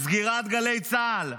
סגירת גלי צה"ל,